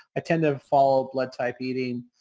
tend to fall blood type eating,